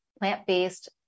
plant-based